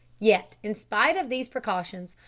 yet, in spite of these precautions,